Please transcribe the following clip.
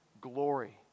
glory